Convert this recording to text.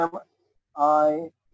M-I-